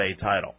title